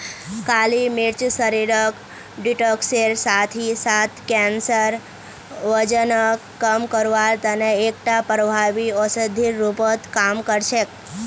काली मिर्च शरीरक डिटॉक्सेर साथ ही साथ कैंसर, वजनक कम करवार तने एकटा प्रभावी औषधिर रूपत काम कर छेक